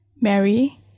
Mary